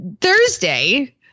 Thursday